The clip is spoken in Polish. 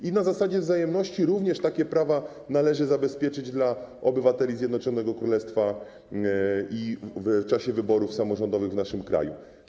I na zasadzie wzajemności również takie prawa należy zabezpieczyć dla obywateli Zjednoczonego Królestwa w czasie wyborów samorządowych w naszym kraju.